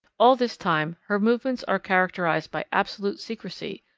all this time her movements are characterized by absolute secrecy,